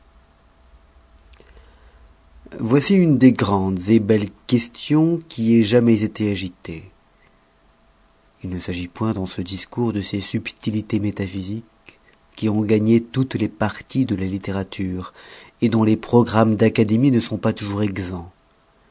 voici une des grandes belles questions qui aient jamais été agitées il ne s'agit point dans ce discours de ces subtilités métaphysiques qui ont gagné toutes les parties de la littérature dont les programmes d'académie ne sont pas toujours exempts